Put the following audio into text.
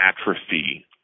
atrophy